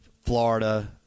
Florida